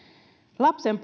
lapsen